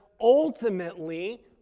ultimately